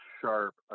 sharp